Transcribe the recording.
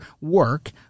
work